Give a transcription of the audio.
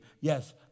yes